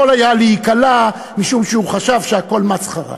היה להיקלע משום שהוא חשב שהכול מסחרה,